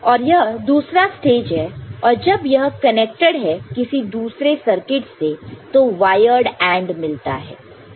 और यह दूसरा स्टेज है और जब यह कनेक्टेड है किसी दूसरे सर्किट से तो वायर्ड AND मिलता है